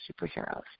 superheroes